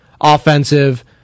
offensive